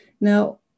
Now